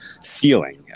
ceiling